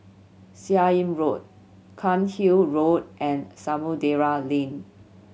Seah Im Road Cairnhill Road and Samudera Lane